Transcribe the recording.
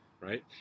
Right